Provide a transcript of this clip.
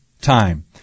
time